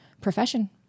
profession